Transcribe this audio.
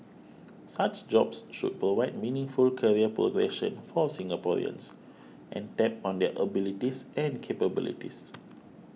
such jobs should provide meaningful career progression for Singaporeans and tap on their abilities and capabilities